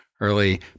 Early